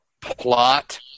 plot